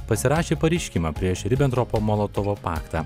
pasirašė pareiškimą prieš ribentropo molotovo paktą